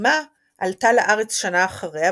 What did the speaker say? אמה עלתה לארץ שנה אחריה,